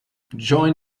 join